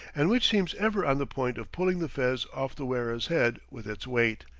and which seems ever on the point of pulling the fez off the wearer's head with its weight.